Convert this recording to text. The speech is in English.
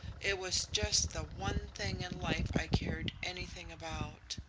it was just the one thing in life i cared anything about.